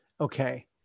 Okay